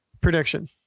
Prediction